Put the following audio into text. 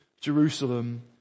jerusalem